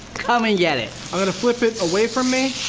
come and get it. i'm gonna flip it away from me.